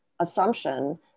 assumption